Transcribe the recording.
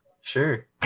Sure